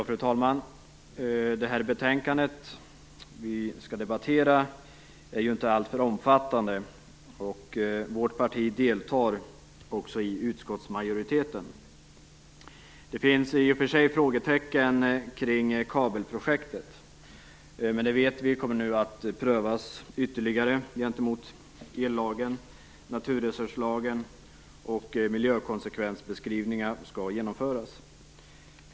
Fru talman! Det betänkande vi debatterar är inte alltför omfattande. Vårt parti är del av utskottsmajoriteten. Det finns i och för sig frågetecken kring kabelprojektet, men vi vet att det nu kommer att prövas ytterligare gentemot ellagen och naturresurslagen. Miljökonsekvensbeskrivningar skall genomföras.